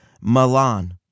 Milan